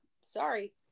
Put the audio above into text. sorry